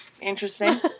Interesting